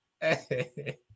Hey